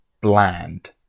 bland